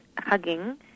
hugging